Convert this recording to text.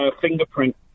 fingerprint